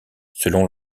selon